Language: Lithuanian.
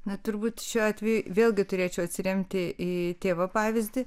na turbūt šiuo atveju vėlgi turėčiau atsiremti į tėvo pavyzdį